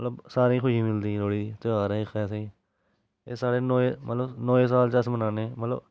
मतलब सारें गी खुशी मिलदी लोह्ड़ी दी ध्यार दी एह् साढ़ै नमें मतलब नमें साल च अस मनाने आं मतलब